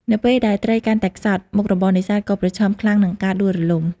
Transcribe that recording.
នៅពេលដែលត្រីកាន់តែខ្សត់ មុខរបរនេសាទក៏ប្រឈមខ្លាំងនឹងការដួលរលំ។